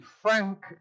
frank